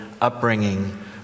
upbringing